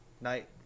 night